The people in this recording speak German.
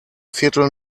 viertel